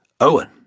Owen